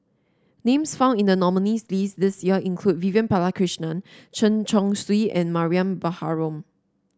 names found in the nominees' list this year include Vivian Balakrishnan Chen Chong Swee and Mariam Baharom